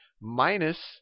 minus